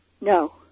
No